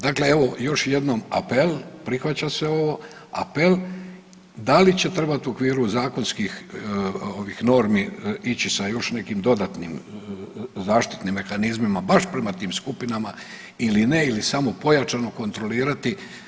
Dakle, evo još jednom apel, prihvaća se ovo, apel da li će trebati u okviru zakonskih ovih normi ići sa još nekim dodatnim zaštitnim mehanizmima baš prema tim skupinama ili ne ili samo pojačano kontrolirati.